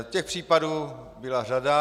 Těch případů byla řada.